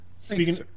Speaking